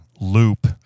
loop –